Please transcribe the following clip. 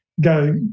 go